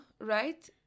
right